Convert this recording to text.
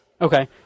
Okay